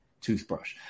toothbrush